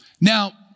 Now